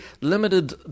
limited